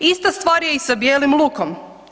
Ista stvar je i sa bijelim lukom.